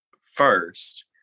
first